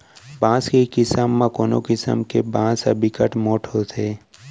बांस के किसम म कोनो किसम के बांस ह बिकट मोठ होथे